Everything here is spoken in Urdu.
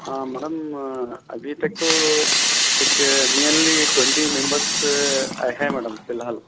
میڈم ابھی تک تو ایک نیرلی ٹوینٹی ممبرس ہے میڈم فی الحال